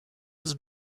his